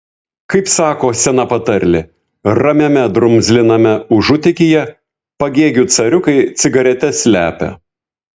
kaip sako sena patarlė ramiame drumzliname užutėkyje pagėgių cariukai cigaretes slepia